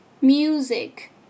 music